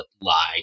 lie